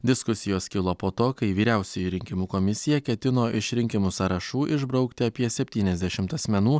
diskusijos kilo po to kai vyriausioji rinkimų komisija ketino iš rinkimų sąrašų išbraukti apie septyniasdešimt asmenų